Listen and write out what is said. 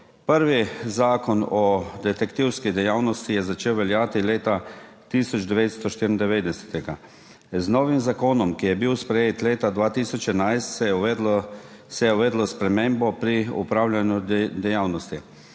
Prvi zakon o detektivski dejavnosti je začel veljati leta 1994, z novim zakonom, ki je bil sprejet leta 2011, se je uvedlo spremembo pri opravljanju dejavnosti.